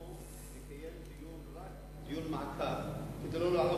אנחנו נקיים רק דיון מעקב כדי שלא להעלות